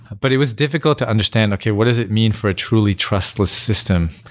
but it was difficult to understand, okay. what is it mean for a truly trustless system,